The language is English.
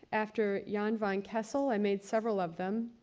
after jan van kessel. i made several of them.